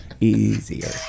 Easier